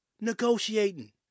negotiating